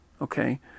okay